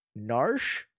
Narsh